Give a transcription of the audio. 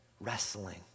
wrestling